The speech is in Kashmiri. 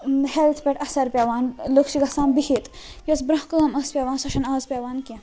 ہیٚلٕتھ پٮ۪ٹھ اَثَر پیٚوان لوٗکھ چھ گَژھان بِہِتھ یۄس برٛونٛہہ کٲم ٲس پیٚوان سۄ چھَنہٕ پیٚوان آز کیٚنٛہہ